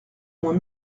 moins